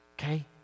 okay